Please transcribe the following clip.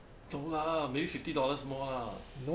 no lah maybe fifty dollars more lah